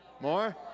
More